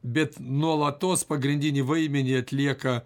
bet nuolatos pagrindinį vaidmenį atlieka